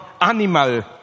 animal